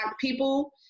people